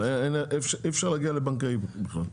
אי אפשר להגיע לבנקאי פה בכלל,